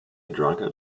drunkard